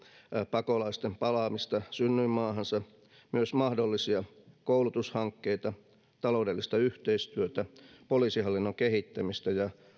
pakolaisten palaamista synnyinmaahansa myös mahdollisia koulutushankkeita taloudellista yhteistyötä poliisihallinnon kehittämistä ja